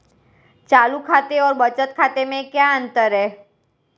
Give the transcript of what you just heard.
चालू खाते और बचत खाते में क्या अंतर है?